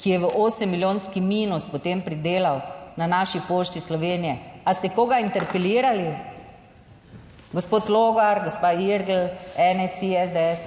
ki je v osem milijonski minus potem pridelal na naši Pošti Slovenije. Ali ste koga interpelirali? Gospod Logar, gospa Irgl, NSi, SDS.